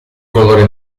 colore